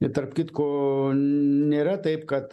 ir tarp kitko nėra taip kad